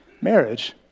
marriage